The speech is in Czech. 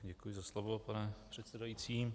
Děkuji za slovo, pane předsedající.